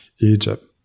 Egypt